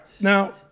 Now